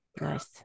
Nice